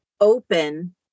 open